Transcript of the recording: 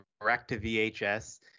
direct-to-VHS